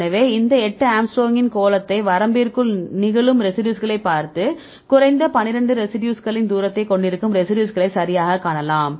எனவே இங்கே எட்டு ஆங்ஸ்ட்ராமின் கோளத்தை வரம்பிற்குள் நிகழும் ரெசிடியூஸ்களைப் பார்த்து குறைந்தது 12 ரெசிடியூஸ்களின் தூரத்தைக் கொண்டிருக்கும் ரெசிடியூஸ்களை சரியாகக் காணலாம்